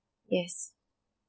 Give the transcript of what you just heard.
yes